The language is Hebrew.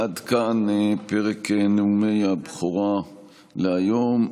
עד כאן פרק נאומי הבכורה להיום.